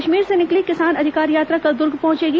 कश्मीर से निकली किसान अधिकार यात्रा कल दुर्ग पहुंचेगी